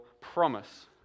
promise